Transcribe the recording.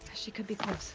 she could be close.